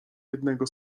jednego